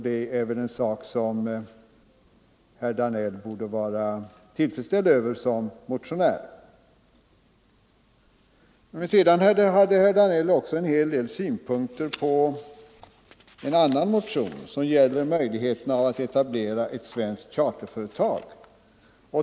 Det borde väl herr Danell som motionär vara tillfredsställd med. Men sedan hade herr Danell en hel del synpunkter på en annan motion som gäller möjligheten att etablera ett svenskt charterföretag.